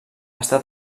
està